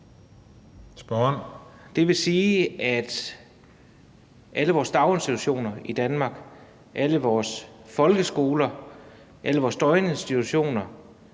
Det vil sige, at alle vores daginstitutioner i Danmark, alle vores folkeskoler, alle vores døgninstitutioner